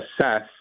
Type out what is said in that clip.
assess